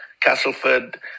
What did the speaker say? Castleford